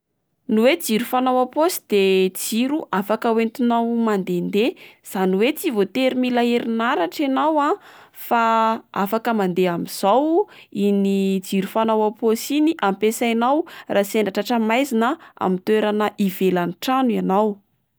Ny oe jiro fanao ampaosy de jiro afaka oentinao mandendeha izany oe tsy voatery mila herin'aratra ianao a fa afaka mande amin'izao iny jiro fanao ampaosy iny ampesainao raha sendra tratra maizina amin'ny toerana ivelan'ny trano ianao.